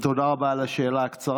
תודה רבה על השאלה הקצרה.